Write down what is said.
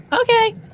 Okay